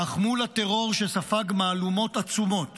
אך מול הטרור, שספג מהלומות עצומות